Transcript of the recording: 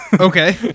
Okay